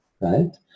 right